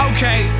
Okay